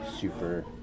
super